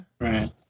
Right